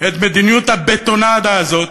את מדיניות הבטונדה הזאת,